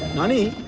naani,